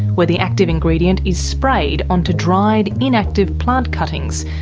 where the active ingredient is sprayed onto dried, inactive plant cuttings,